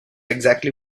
exactly